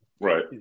Right